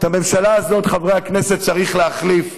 את הממשלה הזאת, חברי הכנסת, צריך להחליף.